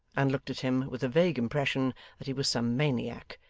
and looked at him with a vague impression that he was some maniac,